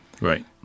Right